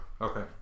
Okay